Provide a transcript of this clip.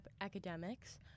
academics